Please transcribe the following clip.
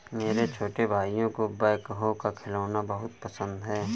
मेरे छोटे भाइयों को बैकहो का खिलौना बहुत पसंद है